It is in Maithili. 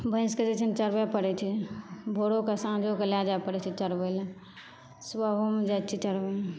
भैंसके जे छै ने चरबऽ पड़ैत छै भोरो कऽ साँझो कऽ लए जाए पड़ैत छै चरबै लए सुबहोमे जाइत छियै चरबै